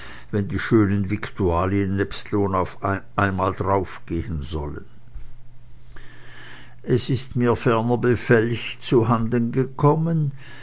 wenn die schönen victualien nebst lohn einmal drauff gehen sollen es ist mir fernerer befelch zu handen gekommen